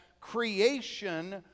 creation